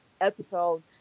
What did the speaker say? episode